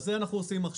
את זה אנחנו עושים.